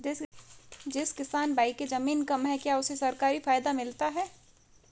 जिस किसान भाई के ज़मीन कम है क्या उसे सरकारी फायदा मिलता है?